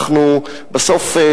אנחנו בסוף,